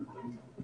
הוא איתנו?